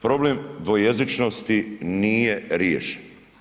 Problem dvojezičnosti nije riješen.